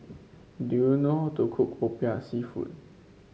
do you know how to cook popiah seafood